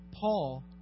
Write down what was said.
Paul